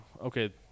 okay